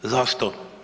Zašto?